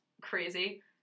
crazy